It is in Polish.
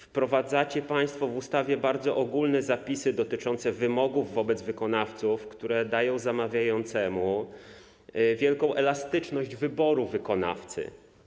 Wprowadzacie państwo w ustawie bardzo ogólne zapisy dotyczące wymogów wobec wykonawców, które dają zamawiającemu wielką elastyczność wyboru wykonawcy.